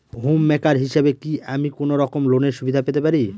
Home maker হিসেবে কি আমি কোনো রকম লোনের সুবিধা পেতে পারি?